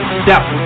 step